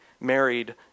married